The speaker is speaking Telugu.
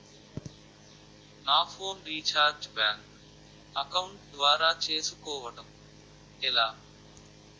నా ఫోన్ రీఛార్జ్ బ్యాంక్ అకౌంట్ ద్వారా చేసుకోవటం ఎలా?